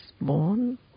born